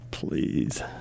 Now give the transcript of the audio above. Please